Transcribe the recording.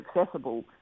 accessible